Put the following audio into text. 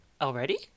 already